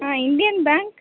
ah Indian bank